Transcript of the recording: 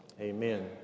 Amen